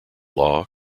law